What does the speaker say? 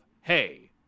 Hey